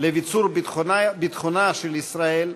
לביצור ביטחונה של ישראל,